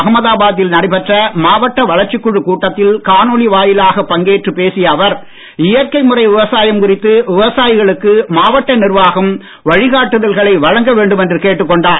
அகமதாபாத்தில் நடைபெற்ற மாவட்ட வளர்ச்சிக் குழு கூட்டத்தில் காணொளி வாயிலாக பங்கேற்று பேசிய அவர் இயற்கை முறை விவசாயம் குறித்து விவசாயிகளுக்கு மாவட்ட நிர்வாகம் வழிகாட்டுதல்களை வழங்க வேண்டும் என்று கேட்டுக் கொண்டார்